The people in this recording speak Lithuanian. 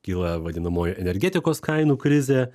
kyla vadinamoji energetikos kainų krizė